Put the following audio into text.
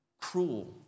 cruel